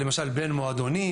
למשל בין מועדונים,